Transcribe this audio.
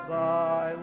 Thy